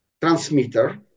transmitter